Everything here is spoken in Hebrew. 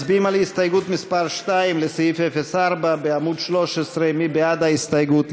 מצביעים על הסתייגות מס' 2 לסעיף 04 בעמוד 13. מי בעד ההסתייגות?